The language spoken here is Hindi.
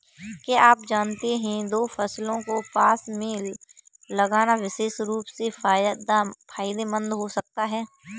क्या आप जानते है दो फसलों को पास में लगाना विशेष रूप से फायदेमंद हो सकता है?